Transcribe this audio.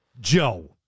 Joe